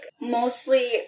mostly